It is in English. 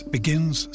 Begins